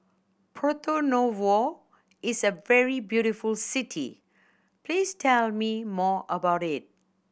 Porto Novo is a very beautiful city please tell me more about it